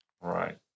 Right